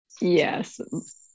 yes